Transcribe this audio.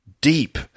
deep